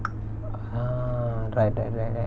ah right right right right